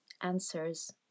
answers